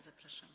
Zapraszam.